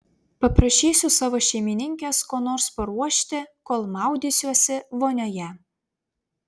paprašysiu savo šeimininkės ko nors paruošti kol maudysiuosi vonioje